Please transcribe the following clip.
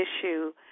issue